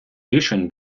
рішень